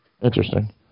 Interesting